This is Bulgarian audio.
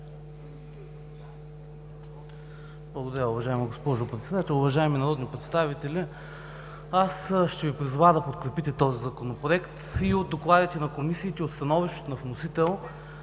Благодаря, уважаема госпожо Председател. Уважаеми народни представители, аз ще Ви призова да подкрепите този Законопроект. И от докладите на комисиите, и от становищата на вносителя